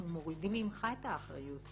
אנחנו מורידים ממך את האחריות.